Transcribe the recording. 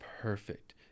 perfect